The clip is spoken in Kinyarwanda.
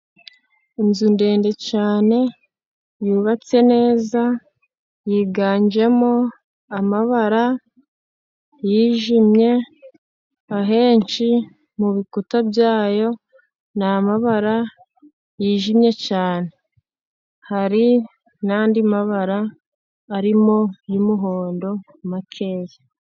Unzu ndende cyane yubatse neza yiganjemo amabara, yijimye ahenshi mubikuta byayo ni amabara yijimye cyane hari n' andi mabara arimo y' umuhondo makeya.